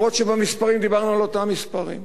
אף שבמספרים דיברנו על אותם מספרים.